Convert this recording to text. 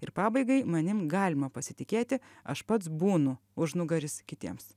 ir pabaigai manim galima pasitikėti aš pats būnu užnugaris kitiems